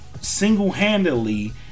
single-handedly